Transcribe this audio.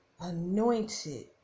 anointed